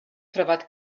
pryfed